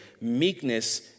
meekness